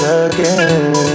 again